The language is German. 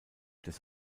des